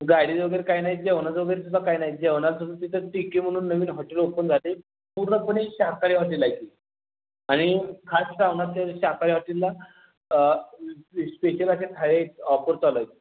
गाडीचं वगैरे काही नाही जेवणाचं वगैरे सुद्धा काही नाही जेवणाचं तिथं टी के म्हणून नवीन हॉटेल ओपन झालं आहे पूर्णपणे शाकाहारी हॉटेल हाय ते आणि खास श्रावणात शाकाहारी हॉटेलला स्पेशल अशा थाळ्या आहेत ऑफर चालू आहे